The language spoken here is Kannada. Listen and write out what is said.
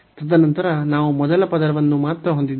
ತದನಂತರ ನಾವು ಮೊದಲ ಪದವನ್ನು ಮಾತ್ರ ಹೊಂದಿದ್ದೇವೆ